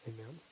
amen